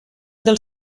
del